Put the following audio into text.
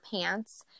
pants